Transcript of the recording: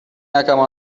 عینکمو